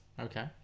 Okay